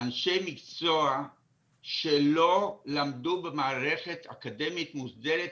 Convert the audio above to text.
אנשי מקצוע שלא למדו במערכת אקדמית מוסדרות